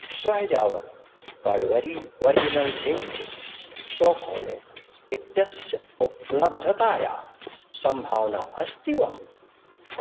श्वः यावत् Cadbury original drinking chocolate इत्यस्य उप्लब्धतायाः सम्भावना अस्ति वा